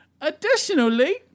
Additionally